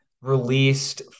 released